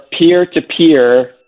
peer-to-peer